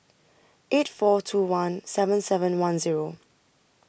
eight four two one seven seven one Zero